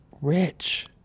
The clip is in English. rich